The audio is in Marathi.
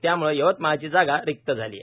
त्याम्ळं यवतमाळची जागा रिक्त झाली आहे